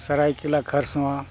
Saraikela Kharsawan